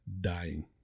dying